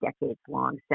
decades-long